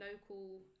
local